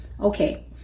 Okay